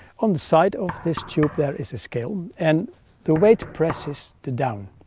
on the side of this tube there is a scale and the way to press is to down,